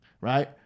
right